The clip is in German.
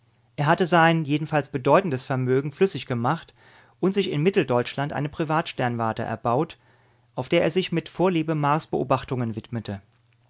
er hatte sein jedenfalls bedeutendes vermögen flüssig gemacht und sich in mitteldeutschland eine privatsternwarte erbaut auf der er sich mit vorliebe marsbeobachtungen widmete